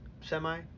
semi